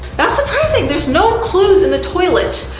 that's surprising. there's no clues in the toilet.